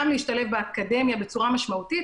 גם להשתלב באקדמיה בצורה משמעותית,